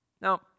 Now